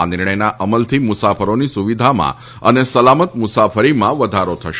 આ નિર્ણયના અમલથી મુસાફરોની સુવિધામાં અને સલામત મુસાફરીમાં વધારો થશે